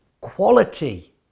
quality